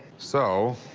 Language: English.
so